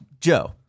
Joe